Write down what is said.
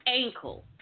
ankle